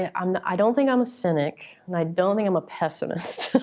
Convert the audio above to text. and and i don't think i'm a cynic, and i don't think i'm a pessimist.